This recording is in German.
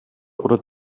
oder